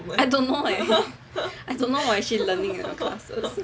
I don't know leh I don't know what she is learning in her classes